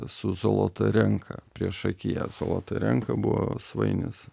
su zolotarenka priešakyje zolotarenka buvo svainis